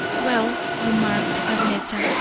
well, remarked arletta,